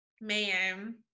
Man